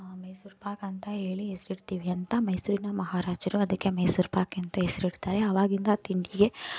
ಮೈಸೂರು ಪಾಕ್ ಅಂತ ಹೇಳಿ ಹೆಸರಿಡ್ತೀವಿ ಅಂತ ಮೈಸೂರಿನ ಮಹಾರಾಜರು ಅದಕ್ಕೆ ಮೈಸೂರು ಪಾಕ್ ಅಂತ ಹೆಸರಿಡ್ತಾರೆ ಆವಾಗಿಂದ ಆ ತಿಂಡಿಗೆ